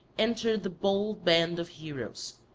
entered the bold band of heroes.